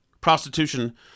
prostitution